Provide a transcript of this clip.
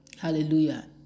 Hallelujah